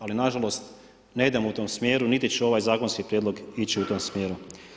Ali na žalost ne idemo u tom smjeru niti će ovaj zakonski prijedlog ići u tom smjeru.